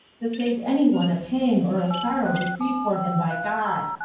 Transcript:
to save any one a pang or a sorrow decreed for him by god.